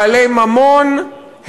בעלי ממון,